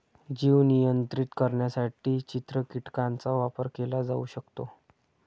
जीव नियंत्रित करण्यासाठी चित्र कीटकांचा वापर केला जाऊ शकतो